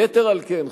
יתר על כן,